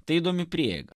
tai įdomi prieiga